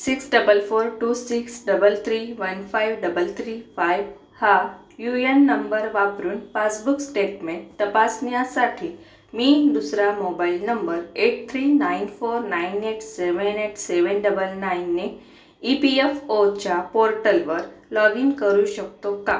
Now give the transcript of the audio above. six double four two six double three one five double three five हा U AN number वापरून passbook statement तपासण्यासाठी मी दुसरा mobile number eight three nine four nine eight seven eight seven double नाईनने E P F ओच्या पोर्टलवर log in करू शकतो का